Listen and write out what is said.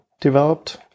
developed